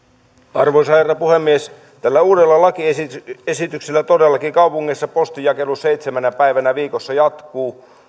arvoisa herra puhemies tällä uudella lakiesityksellä todellakin kaupungeissa postinjakelu seitsemänä päivänä viikossa jatkuu